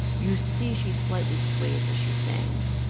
you see she slightly sways as she sings.